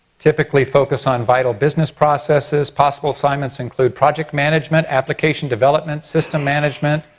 typically focus on vital business processes, possible assignments include project management, application developments, system management,